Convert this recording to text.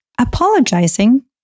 Apologizing